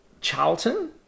Charlton